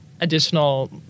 additional